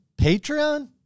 Patreon